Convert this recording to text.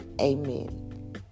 Amen